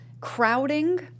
crowding